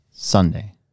Sunday